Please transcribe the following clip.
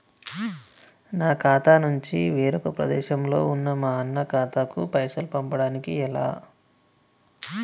నా ఖాతా నుంచి వేరొక ప్రదేశంలో ఉన్న మా అన్న ఖాతాకు పైసలు పంపడానికి ఎలా?